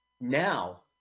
Now